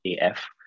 af